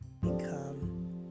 become